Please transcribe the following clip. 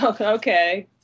okay